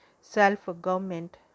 self-government